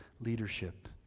leadership